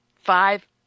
five